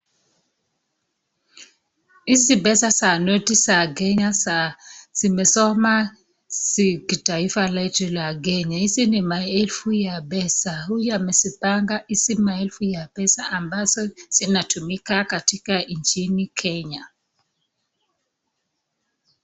Hizi pesa za noti za Kenya za zimesoma taifa letu la Kenya. Hizi ni maelfu ya pesa huya mesipanga hizi maelfu ya pesa ambazo zinatumika katika chini Kenya.